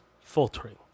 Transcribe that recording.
faltering